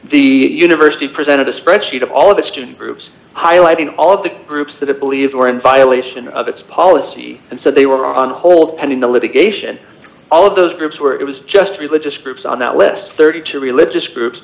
the university presented a spreadsheet of all of the student groups highlighting all of the groups that it believes were in violation of its policy and so they were on hold pending the litigation all of those groups were it was just religious groups on that list thirty two religious groups